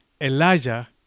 Elijah